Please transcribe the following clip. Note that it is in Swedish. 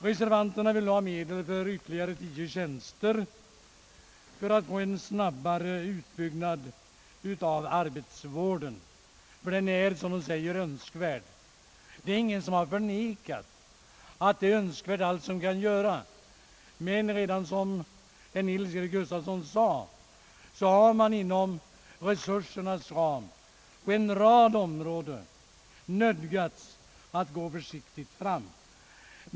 Reservanterna vill ha medel för ytterligare tio tjänster för att få en snabbare utbyggnad av arbetsvården, ty den är, som de framhåller, önskvärd. Ingen har förnekat att allt som kan göras är önskvärt, men som herr Nils-Eric Gustafsson sade har man inom resursernas ram på en rad områden nödgats att gå försiktigt fram.